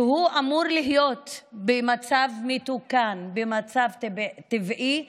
שאמור להיות במצב מתוקן, במצב טבעי,